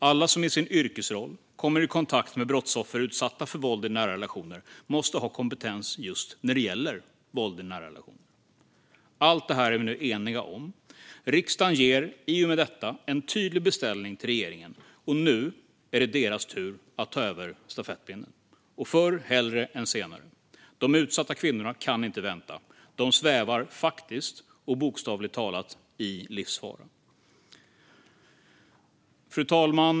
Alla som i sin yrkesroll kommer i kontakt med brottsoffer utsatta för våld i nära relationer måste ha kompetens just när det gäller våld i nära relationer. Allt detta är vi nu eniga om. Riksdagen ger i och med detta en tydlig beställning till regeringen. Nu är det deras tur att ta över stafettpinnen, förr hellre än senare. De utsatta kvinnorna kan inte vänta. De svävar faktiskt och bokstavligt talat i livsfara. Fru talman!